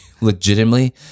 legitimately